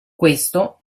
questo